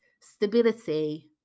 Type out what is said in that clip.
stability